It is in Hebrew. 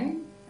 כן.